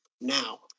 Now